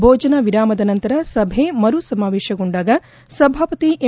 ಭೋಜನ ವಿರಾಮದ ನಂತರ ಸಭೆ ಮರು ಸಮಾವೇಶಗೊಂಡಾಗ ಸಭಾಪತಿ ಎಂ